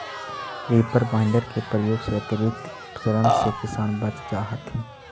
reaper binder के प्रयोग से अतिरिक्त श्रम से किसान बच जा हथिन